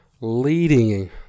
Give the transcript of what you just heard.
leading